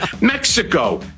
Mexico